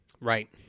right